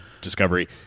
Discovery